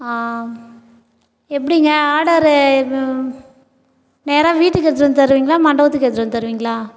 எப்படிங்க ஆடரு நேராக வீட்டுக்கு எடுத்துகிட்டு வந்து தருவீங்களா மண்டபத்துக்கு எடுத்துகிட்டு வந்து தருவீங்களா